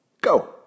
Go